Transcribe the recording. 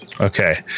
Okay